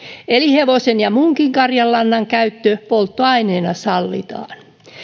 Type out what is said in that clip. eli hevosen ja muunkin karjan lannan käyttö polttoaineena sallitaan